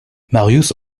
marius